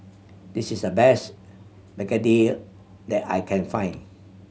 this is the best begedil that I can find